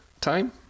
time